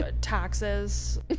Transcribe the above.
taxes